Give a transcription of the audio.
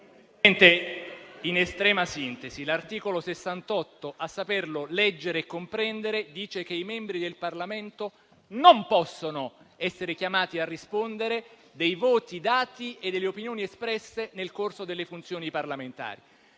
in estrema sintesi, l'articolo 68, a saperlo leggere e comprendere, dice che i membri del Parlamento non possono essere chiamati a rispondere dei voti dati e delle opinioni espresse nel corso delle funzioni parlamentari.